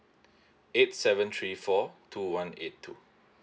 eight seven three four two one eight two